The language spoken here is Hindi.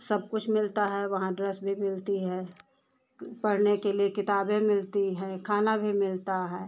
सब कुछ मिलता है वहाँ ड्रेस भी मिलती है पढ़ने के लिए किताबें मिलती हैं खाना भी मिलता है